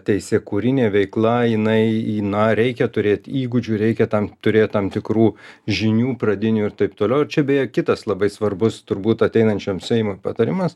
teisėkūrinė veikla jinai na reikia turėt įgūdžių reikia tam turėt tam tikrų žinių pradinių ir taip toliau ir čia beje kitas labai svarbus turbūt ateinančiam seimui patarimas